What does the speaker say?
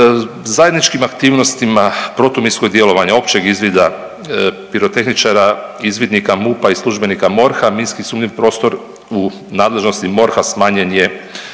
Zajedničkim aktivnostima protuminskog djelovanja općeg izvida pirotehničara, izvidnika MUP-a i službenika MORH-a minski sumnjiv prostor u nadležnosti MORH-a smanjen je